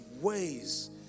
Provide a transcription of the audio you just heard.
ways